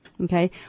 Okay